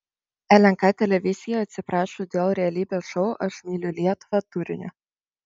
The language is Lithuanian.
lnk televizija atsiprašo dėl realybės šou aš myliu lietuvą turinio